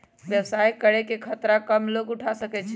व्यवसाय करे के खतरा कम लोग उठा सकै छै